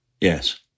yes